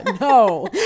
no